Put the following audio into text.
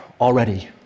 already